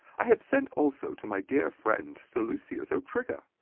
i have sent also to my dear friend sir lucius o'trigger.